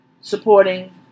supporting